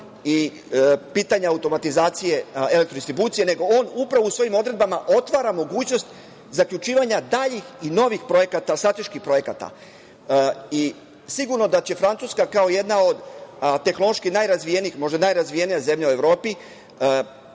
i pitanje automatizacije elektrodistribucije, nego on upravo u svojim odredbama otvara mogućnost zaključivanja daljih i novih projekata, strateških projekata. Sigurno da će Francuska kao jedna od tehnološki najrazvijenijih, možda i najrazvijenija zemlja u Evropi,